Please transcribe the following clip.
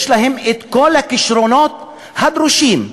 יש להם כל הכישרונות הדרושים,